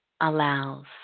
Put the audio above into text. allows